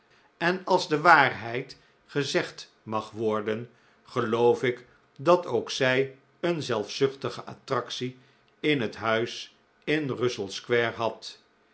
en als de waarheid gezegd mag worden geloof ik dat ook zij een zelfzuchtige attractie in het huis in russell square had